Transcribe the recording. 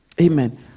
Amen